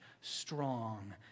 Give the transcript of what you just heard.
strong